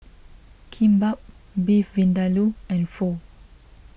Kimbap Beef Vindaloo and Pho